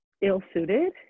ill-suited